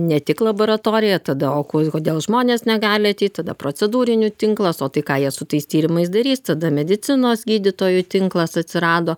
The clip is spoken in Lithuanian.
ne tik laboratorija tada o ko kodėl žmonės negali ateit tada procedūrinių tinklas o tai ką jie su tais tyrimais darys tada medicinos gydytojų tinklas atsirado